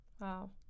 Wow